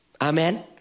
Amen